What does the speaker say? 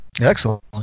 Excellent